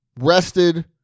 Rested